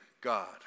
God